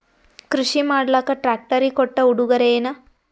ಕೃಷಿ ಮಾಡಲಾಕ ಟ್ರಾಕ್ಟರಿ ಕೊಟ್ಟ ಉಡುಗೊರೆಯೇನ?